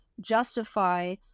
justify